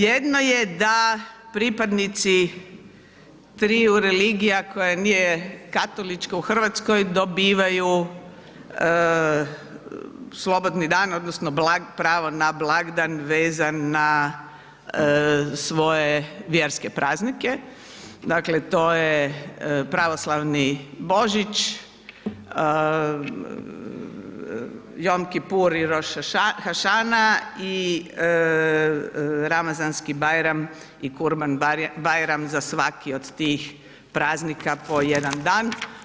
Jedno je da pripadnici triju religija koja nije katolička u Hrvatskoj dobivaju slobodni dan, odnosno pravo na blagdan vezan na svoje vjerske praznike, dakle to je pravoslavni Božić, Yom Kippur i Roš hašana i Ramazanski bajram i Kurban bajram za svaki od tih praznika po jedan dan.